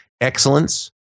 Excellence